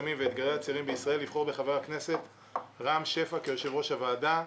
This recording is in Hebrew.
סמים ואתגרי הצעירים בישראל לבחור בחבר הכנסת רם שפע כיושב-ראש הוועדה.